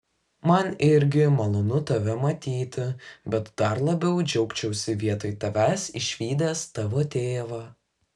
man irgi malonu tave matyti bet dar labiau džiaugčiausi vietoj tavęs išvydęs tavo tėvą